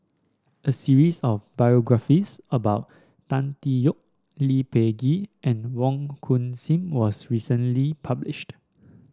a series of biographies about Tan Tee Yoke Lee Peh Gee and Wong Hung Khim was recently published